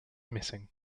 missing